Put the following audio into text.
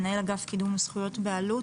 מנהל אגף קידום זכויות באלו"ט,